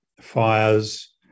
fires